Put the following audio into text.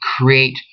create